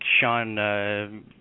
Sean